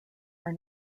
are